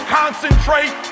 concentrate